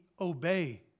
obey